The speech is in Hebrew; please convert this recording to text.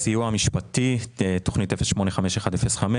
בסיוע המשפטי תכנית 085105,